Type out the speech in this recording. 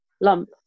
lump